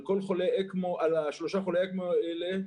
על שלושה חולי האקמו האלה,